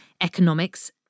economics